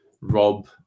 Rob